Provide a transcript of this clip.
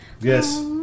Yes